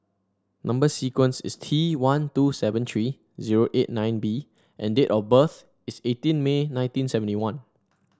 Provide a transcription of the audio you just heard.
number sequence is T one two seven three zero eight nine B and date of birth is eighteen May nineteen seventy one